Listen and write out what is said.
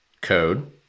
code